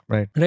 Right